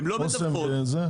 הן לא מדווחות.